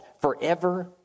forever